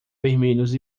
vermelhos